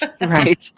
Right